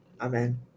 Amen